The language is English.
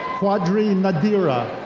quadri and nadira.